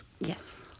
Yes